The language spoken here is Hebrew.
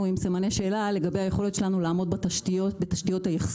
עם סימני שאלה לגבי היכולת שלנו לעמוד בתשתיות האחסון.